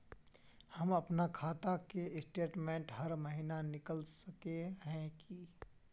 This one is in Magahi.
हम अपना खाता के स्टेटमेंट हर महीना निकल सके है की?